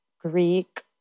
Greek